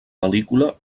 pel·lícula